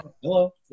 Hello